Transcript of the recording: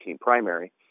primary